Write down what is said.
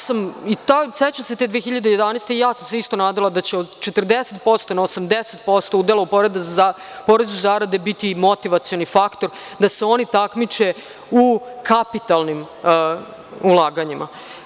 Sećam se te 2011. godine, i ja sam se isto nadala da će od 40% na 80% udela u porezu za zarade biti motivacioni faktor, da se oni takmiče u kapitalnim ulaganjima.